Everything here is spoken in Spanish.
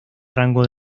rango